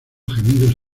gemidos